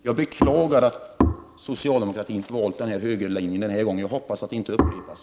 Jag beklagar att socialdemokratin har valt högerlinjen den här gången, och jag hoppas att det inte upprepas.